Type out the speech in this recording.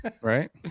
Right